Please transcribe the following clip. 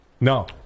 No